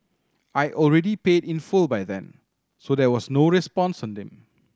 I already paid in full by then so there was no response from him